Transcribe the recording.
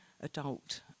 adult